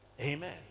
Amen